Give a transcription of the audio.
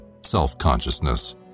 self-consciousness